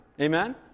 Amen